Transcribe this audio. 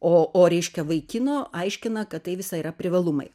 o o reiškia vaikino aiškina kad tai visa yra privalumai